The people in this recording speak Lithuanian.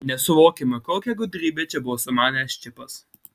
nesuvokiama kokią gudrybę čia buvo sumanęs čipas